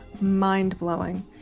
mind-blowing